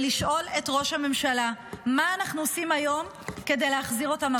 ולשאול את ראש הממשלה: מה אנחנו עושים היום כדי להחזיר אותם הביתה?